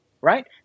right